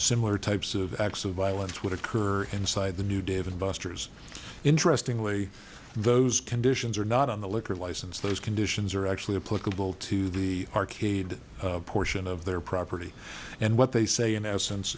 similar types of acts of violence would occur inside the new dave and busters interestingly those conditions are not on the liquor license those conditions are actually a political will to the arcade portion of their property and what they say in essence